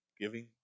giving